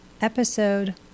Episode